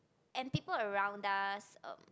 and people around us uh